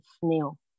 snail